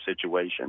situation